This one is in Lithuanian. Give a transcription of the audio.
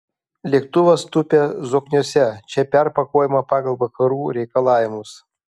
lėktuvas tupia zokniuose čia perpakuojama pagal vakarų reikalavimus